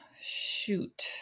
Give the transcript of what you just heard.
shoot